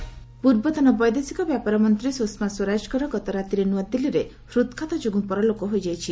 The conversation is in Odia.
ସ୍ୱରାଜ ଡେଥ୍ ପୂର୍ବତନ ବୈଦେଶିକ ବ୍ୟାପାର ମନ୍ତ୍ରୀ ସୁଷମା ସ୍ୱରାଜଙ୍କର ଗତ ରାତିରେ ନୂଆଦିଲ୍ଲୀରେ ହୃଦ୍ଘାତ ଯୋଗୁଁ ପରଲୋକ ହୋଇଯାଇଛି